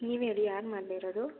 ನೀವು ಹೇಳಿ ಯಾರು ಮಾಡಿರೋದು